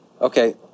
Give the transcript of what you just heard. okay